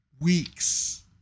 weeks